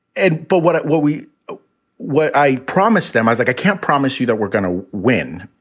and but what what we what i promised them, i was like, i can't promise you that we're going to win,